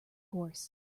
course